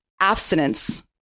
abstinence-